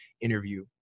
interview